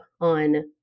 on